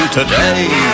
today